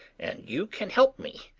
and you can help me.